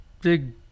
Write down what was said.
big